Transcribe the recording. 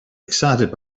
excited